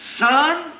Son